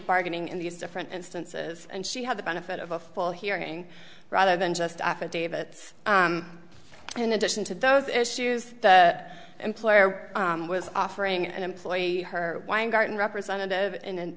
bargaining in these different instances and she had the benefit of a full hearing rather than just affidavit in addition to those issues that employer was offering an employee her weingarten representative in